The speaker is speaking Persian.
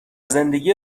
زندگی